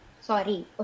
sorry